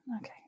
okay